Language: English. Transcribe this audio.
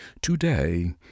Today